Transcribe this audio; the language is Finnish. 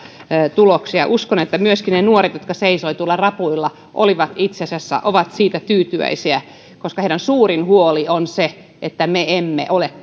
tuloksia uskon että myöskin ne nuoret jotka seisoivat tuolla rapuilla itse asiassa ovat siitä tyytyväisiä koska heidän suurin huolensa on se että me emme ole